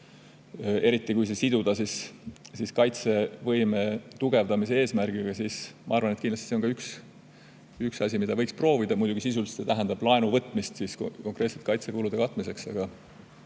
eriti kui see siduda kaitsevõime tugevdamise eesmärgiga. Ma arvan, et kindlasti see on ka üks asi, mida võiks proovida. Muidugi sisuliselt see tähendab laenu võtmist konkreetselt kaitsekulude katmiseks, aga